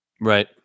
right